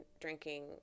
drinking